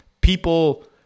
people